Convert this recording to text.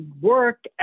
work